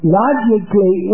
logically